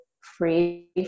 free